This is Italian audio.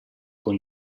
con